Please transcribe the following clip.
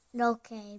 Okay